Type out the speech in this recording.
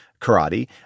karate